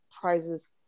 prizes